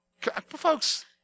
Folks